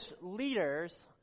leaders